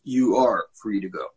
you are free to go